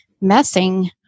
messing